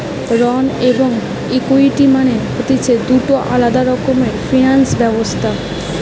ঋণ এবং ইকুইটি মানে হতিছে দুটো আলাদা রকমের ফিনান্স ব্যবস্থা